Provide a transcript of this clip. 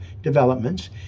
developments